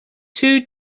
two